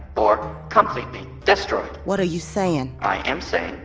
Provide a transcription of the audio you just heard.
or completely destroyed what are you saying? i am saying,